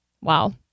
wow